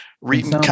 reading